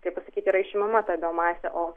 kaip pasakyti yra išimama tad biomasė o